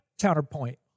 Counterpoint